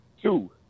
Two